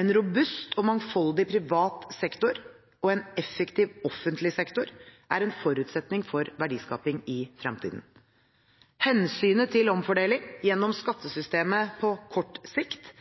En robust og mangfoldig privat sektor og en effektiv offentlig sektor er en forutsetning for verdiskaping i fremtiden. Hensynet til omfordeling gjennom skattesystemet på kort sikt